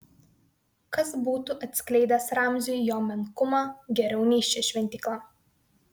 kas būtų atskleidęs ramziui jo menkumą geriau nei ši šventykla